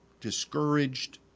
discouraged